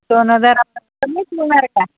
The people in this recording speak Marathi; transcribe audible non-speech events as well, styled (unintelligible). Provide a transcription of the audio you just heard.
सोनं जरा (unintelligible) कमीच मिळणार आहे का